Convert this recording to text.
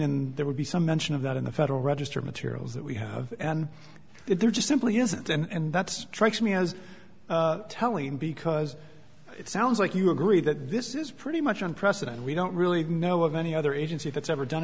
in there would be some mention of that in the federal register materials that we have that there just simply isn't and that's trikes me as telling because it sounds like you agree that this is pretty much on precedent we don't really know of any other agency that's ever done